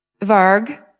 Varg